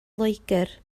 loegr